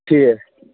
ٹھیٖک